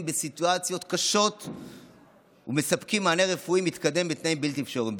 בסיטואציות קשות ומספקים מענה רפואי מתקדם בתנאים בלתי אפשריים.